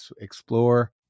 explore